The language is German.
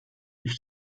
ich